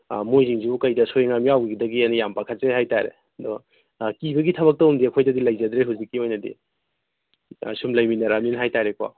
ꯑꯥ ꯃꯣꯏꯁꯤꯡꯁꯤꯕꯨ ꯀꯩꯗ ꯑꯁꯣꯏ ꯑꯉꯥꯝ ꯌꯥꯎꯒꯤꯒꯗꯒꯦꯅ ꯌꯥꯝ ꯄꯥꯈꯠꯆꯩ ꯍꯥꯏꯇꯔꯦ ꯑꯗꯣ ꯑꯥ ꯀꯤꯕꯒꯤ ꯊꯕꯛꯇꯨ ꯑꯃꯗꯤ ꯑꯩꯈꯣꯏꯗꯗꯤ ꯂꯩꯖꯗ꯭ꯔꯦ ꯍꯧꯖꯤꯛꯀꯤ ꯑꯣꯏꯅꯗꯤ ꯑꯥ ꯁꯨꯝ ꯂꯩꯃꯤꯟꯅꯔꯛꯑꯃꯤꯅ ꯍꯥꯏꯇꯔꯦꯀꯣ